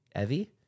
Evie